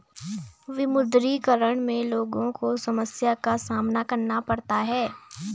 विमुद्रीकरण में लोगो को समस्या का सामना करना पड़ता है